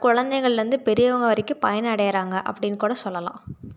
கொழந்தைகள்லேர்ந்து பெரியவங்க வரைக்கும் பயனடைகிறாங்க அப்படின்னு கூட சொல்லலாம்